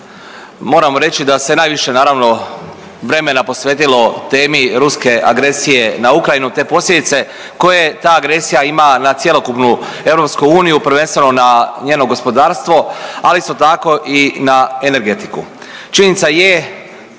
moram reći da se najviše naravno vremena posvetilo temi ruske agresije na Ukrajinu te posljedice koje ta agresija ima na cjelokupnu EU, prvenstveno na njeno gospodarstvo, ali isto tako i na energetiku. Činjenica je